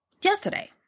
yesterday